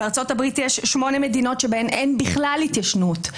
בארצות הברית יש שמונה מדינות שבהן אין בכלל התיישנות.